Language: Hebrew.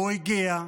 הוא הגיע.